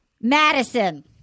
Madison